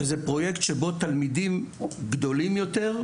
שזה פרויקט שבו תלמידים גדולים יותר,